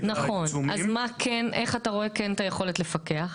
- איך אתה רואה כן את היכולת לפקח?